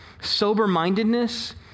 sober-mindedness